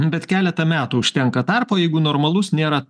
bet keletą metų užtenka tarpo jeigu normalus nėra